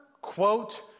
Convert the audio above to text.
quote